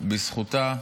בזכותה,